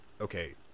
Okay